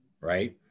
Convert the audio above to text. Right